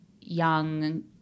young